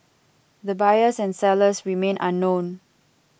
the buyers and sellers remain unknown